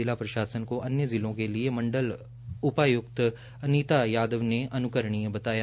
जिला प्रशासन को अन्य जिलों के लिए मंडल आय्क्त अनिता यादव ने अन्करणीय बताया